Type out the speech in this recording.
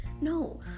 No